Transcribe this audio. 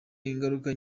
ingaruka